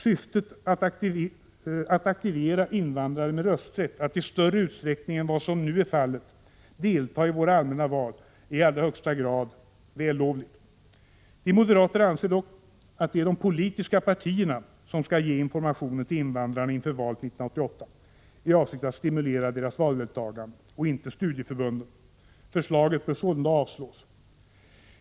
Syftet att aktivera invandrare med rösträtt att i större utsträckning än vad som nu är fallet delta i våra allmänna val är i allra högsta grad vällovligt. Vi moderater anser dock att det är de politiska partierna som skall ge information till invandrarna inför valet 1988 i avsikt att stimulera deras valdeltagande, och inte studieförbunden. Förslaget bör sålunda avslås.